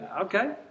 Okay